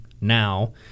Now